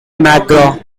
mcgraw